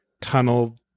tunnel